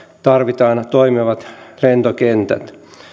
tarvitaan toimivat lentokentät